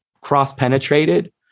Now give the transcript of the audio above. cross-penetrated